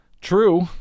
True